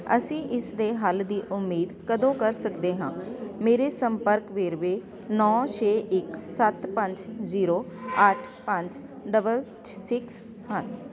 ਅਸੀ ਇਸ ਦੇ ਹੱਲ ਦੀ ਉਮੀਦ ਕਦੋਂ ਕਰ ਸਕਦੇ ਹਾਂ ਮੇਰੇ ਸੰਪਰਕ ਵੇਰਵੇ ਨੌਂ ਛੇ ਇੱਕ ਸੱਤ ਪੰਜ ਜੀਰੋ ਅੱਠ ਪੰਜ ਡਬਲ ਸਿਕਸ ਹਨ